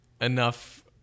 enough